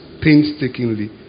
painstakingly